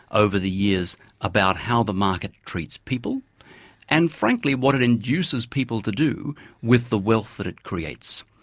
over the years about how the market treats people and frankly what it induces people to do with the wealth that it creates.